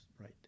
right